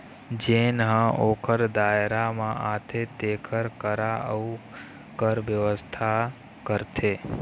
जेन ह ओखर दायरा म आथे तेखर करा अउ कर बेवस्था करथे